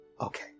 Okay